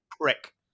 prick